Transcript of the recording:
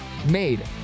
made